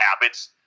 habits